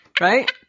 right